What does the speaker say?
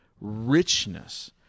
richness